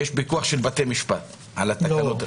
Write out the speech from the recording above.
יש פיקוח של בתי משפט על התקנות.